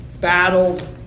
battled